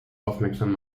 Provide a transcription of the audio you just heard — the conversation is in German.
aufmerksam